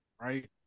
right